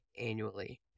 annually